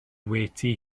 wedi